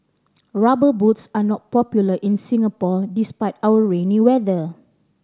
Rubber Boots are not popular in Singapore despite our rainy weather